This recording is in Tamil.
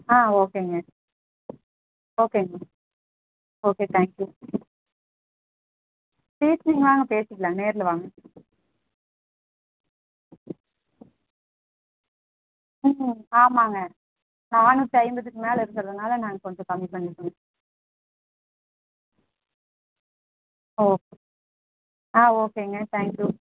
ஆ ஓகேங்க ஓகேங்க ஓகே தேங்க் யூ ஃபீஸ்ஸு நீங்கள் வாங்க பேசிக்கலாம் நேரில் வாங்க ம் ஆமாம்ங்க நானூற்தைம்பதுக்கு மேலே இருக்கிறதுனால நாங்கள் கொஞ்சம் கம்மி பண்ணிக்கிறோம் ஓ ஆ ஓகேங்க தேங்க் யூ